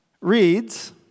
reads